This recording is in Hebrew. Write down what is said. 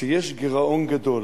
שיש גירעון גדול.